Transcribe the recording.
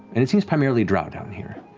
and it seems primarily drow down here.